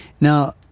Now